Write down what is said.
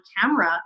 camera